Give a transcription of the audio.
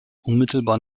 unmittelbar